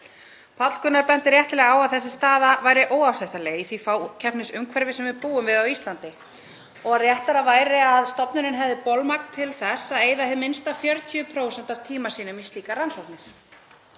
Páll Gunnar benti réttilega á að þessi staða væri óásættanleg í því fákeppnisumhverfi sem við búum við á Íslandi og að réttara væri að stofnunin hefði bolmagn til að eyða hið minnsta 40% af tíma sínum í slíkar rannsóknir.